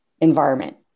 environment